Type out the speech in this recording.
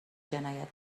جنایت